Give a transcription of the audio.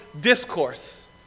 discourse